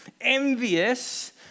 envious